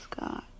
God